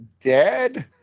dead